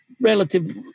relative